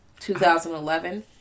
2011